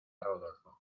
rodolfo